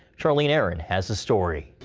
charlene aaron has the story.